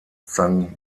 zhang